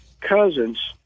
cousins